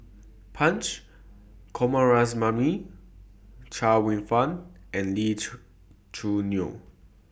Punch Coomaraswamy Chia Kwek Fah and Lee Choo Neo